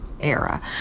era